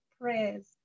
prayers